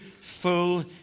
full